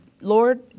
Lord